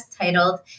titled